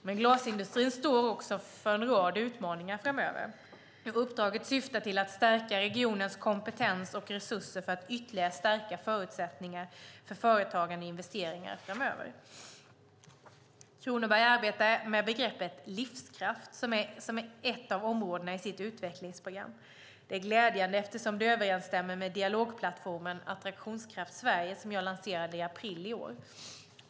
Men glasindustrin står också inför en rad utmaningar framöver, och uppdraget syftar till att stärka regionens kompetens och resurser för att ytterligare stärka förutsättningar för företagande och investeringar framöver. Kronoberg arbetar även med begreppet "livskraft" som ett av områdena i sitt utvecklingsprogram. Det är glädjande eftersom det överensstämmer med dialogplattformen Attraktionskraft Sverige som jag lanserade i april i år.